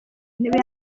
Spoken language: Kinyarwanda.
ntebe